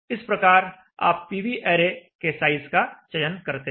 इस प्रकार आप पीवी ऐरे के साइज का चयन करते हैं